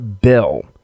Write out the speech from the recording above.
bill